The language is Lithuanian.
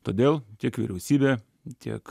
todėl tiek vyriausybė tiek